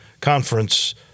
conference